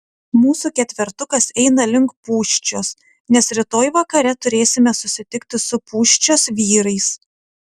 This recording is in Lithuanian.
mūsų ketvertukas eina link pūščios nes rytoj vakare turėsime susitikti su pūščios vyrais